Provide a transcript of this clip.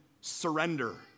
surrender